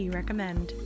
recommend